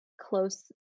close